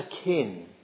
akin